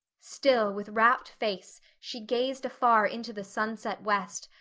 still with rapt face she gazed afar into the sunset west,